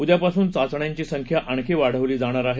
उद्यापासून चाचण्यांची संख्या आणखी वाढवली जाणार आहे